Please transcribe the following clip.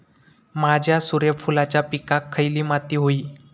माझ्या सूर्यफुलाच्या पिकाक खयली माती व्हयी?